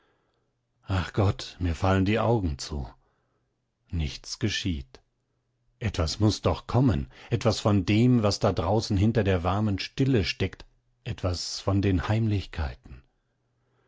ach gott mir fallen die augen zu nichts geschieht etwas muß doch kommen etwas von dem was da draußen hinter der warmen stille steckt etwas von den heimlichkeiten